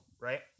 right